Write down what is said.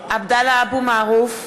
(קוראת בשמות חברי הכנסת) עבדאללה אבו מערוף,